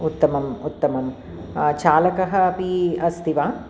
उत्तमम् उत्तमं चालकः अपि अस्ति वा